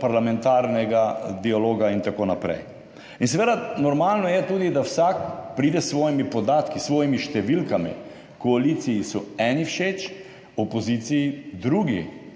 parlamentarnega dialoga in tako naprej. In seveda je normalno tudi, da vsak pride s svojimi podatki, s svojimi številkami. Koaliciji so eni všeč, opoziciji drugi,